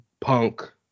Punk